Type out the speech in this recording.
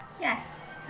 Yes